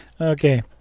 Okay